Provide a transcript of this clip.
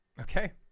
Okay